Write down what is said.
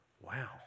Wow